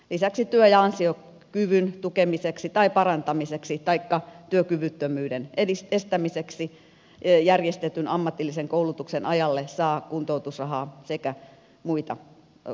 lisäksi työ ja ansiokyvyn tukemiseksi tai parantamiseksi taikka työkyvyttömyyden estämiseksi järjestetyn ammatillisen koulutuksen ajalle saa kuntoutusrahaa sekä muita kuntoutusetuja